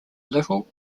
little